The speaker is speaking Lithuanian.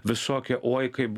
visokią oi kaip